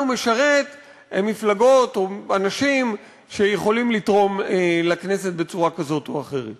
הוא משרת הן מפלגות או אנשים שיכולים לתרום לכנסת בצורה כזאת או אחרת.